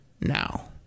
now